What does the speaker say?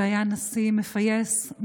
והיה נשיא מפייס,